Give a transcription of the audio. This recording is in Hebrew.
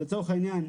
לצורך העניין,